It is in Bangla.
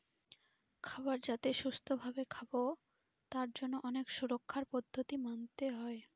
খাবার যাতে সুস্থ ভাবে খাবো তার জন্য অনেক সুরক্ষার পদ্ধতি মানতে হয়